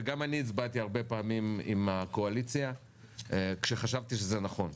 וגם אני הצבעתי הרבה פעמים עם הקואליציה כאשר חשבתי שזה נכון,